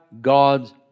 God's